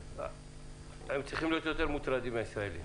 שהם צריכים להיות יותר מוטרדים מהישראלים.